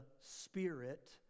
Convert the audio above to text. spirit